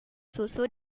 susu